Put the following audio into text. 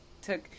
took